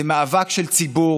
זה מאבק של ציבור